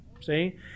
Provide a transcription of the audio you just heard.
See